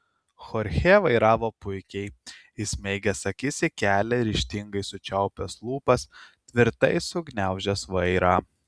chorchė vairavo puikiai įsmeigęs akis į kelią ryžtingai sučiaupęs lūpas tvirtai sugniaužęs vairą